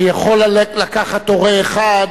שיכול לקחת הורה אחד